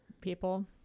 people